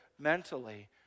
mentally